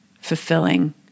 fulfilling